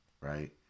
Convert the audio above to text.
right